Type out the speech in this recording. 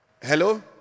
Hello